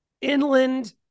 inland